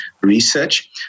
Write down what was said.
Research